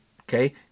okay